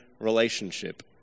relationship